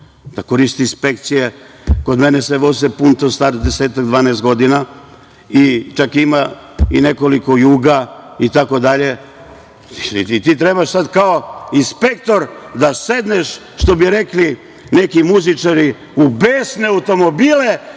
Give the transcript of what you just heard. To koriste inspekcije. Kod mene se vozi „Punto“ star 10-12 godina, čak ima i nekoliko „Juga“, itd. Ti trebaš sad kao inspektor da sedneš, što bi rekli neki muzičari, u besne automobile